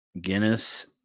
Guinness